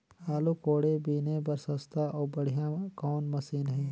आलू कोड़े बीने बर सस्ता अउ बढ़िया कौन मशीन हे?